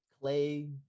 Clay